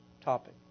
topic